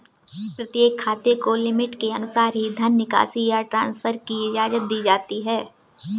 प्रत्येक खाते को लिमिट के अनुसार ही धन निकासी या ट्रांसफर की इजाजत दी जाती है